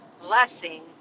blessing